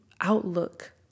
outlook